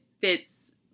fits